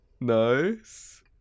Nice